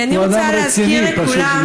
כי אני רוצה להזכיר לכולם,